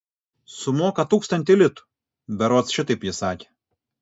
sumoka tūkstantį litų berods šitaip ji sakė